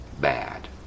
bad